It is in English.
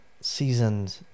seasoned